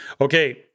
Okay